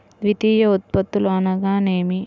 ద్వితీయ ఉత్పత్తులు అనగా నేమి?